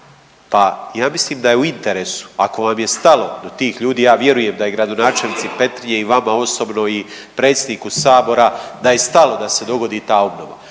Pa ja mislim da je u interesu, ako vam je stalo do tih ljudi, ja vjerujem da je gradonačelnici Petrinje i vama osobno i predsjedniku Sabora, da je stalo da se dogodi ta obnova,